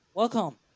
Welcome